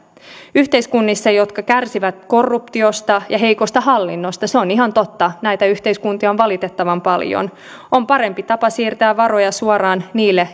yhteiskunnissa jotka kärsivät korruptiosta ja heikosta hallinnosta se on ihan totta näitä yhteiskuntia on valitettavan paljon on parempi tapa siirtää varoja suoraan niille